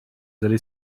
allez